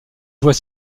voie